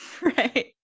right